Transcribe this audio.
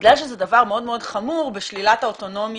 בגלל שזה דבר מאוד חמור בשלילת האוטונומיה,